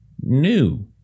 new